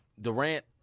Durant